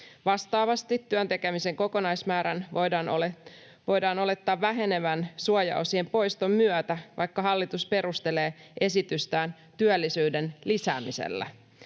Vastaavasti työn tekemisen kokonaismäärän voidaan olettaa vähenevän suojaosien poiston myötä, vaikka hallitus perustelee esitystään työllisyyden lisäämisellä.